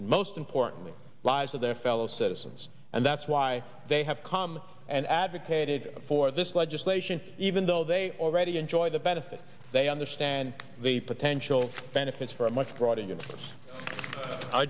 and most importantly lives of their fellow citizens and that's why they have come and advocated for this legislation even though they already enjoyed the benefit they understand the potential benefits for a much broader